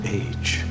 age